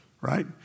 right